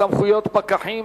סמכויות פקחים),